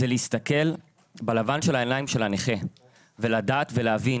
אלא זה להסתכל בלבן של העיניים של הנכה ולדעת ולהבין